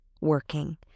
working